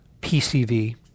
PCV